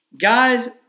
Guys